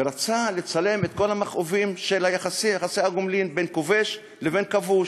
ורצה לצלם את כל המכאובים של יחסי הגומלין בין כובש לבין כבוש.